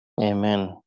Amen